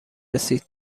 رسید